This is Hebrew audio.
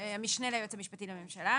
באישור המשנה ליועץ המשפטי לממשלה.